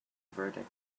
verdict